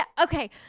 okay